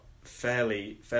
fairly